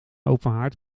openhaard